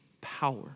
power